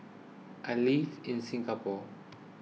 I live in Singapore